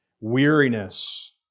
Weariness